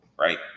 right